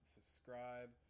Subscribe